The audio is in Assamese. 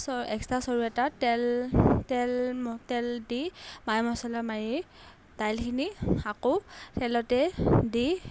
চ এক্সট্ৰা চৰু এটাত তেল তেল ম তেল দি মা মছলা মাৰি দাইলখিনি আকৌ তেলতে দি